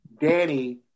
Danny